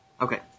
Okay